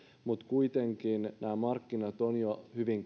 mutta kuitenkin nämä markkinat ovat jo hyvin